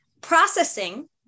processing